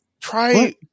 try